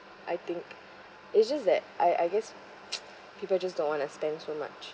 I think it was just that I I guess people just don't want to spend so much